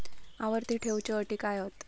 आवर्ती ठेव च्यो अटी काय हत?